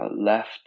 left